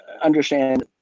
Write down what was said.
understand